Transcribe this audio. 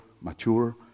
mature